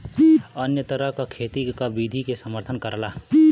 अन्य तरह क खेती क विधि के समर्थन करला